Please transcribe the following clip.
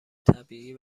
طبیعی